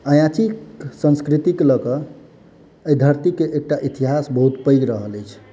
अयाचीक संस्कृतिक लऽ कऽ एहि धरतीक एकटा इतिहास बहुत पैघ रहल अछि